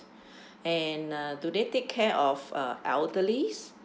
and uh do they take care of uh elderlies